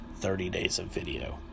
30daysofvideo